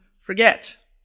forget